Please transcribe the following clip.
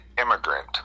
immigrant